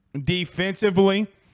defensively